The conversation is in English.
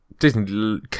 Disney